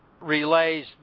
relays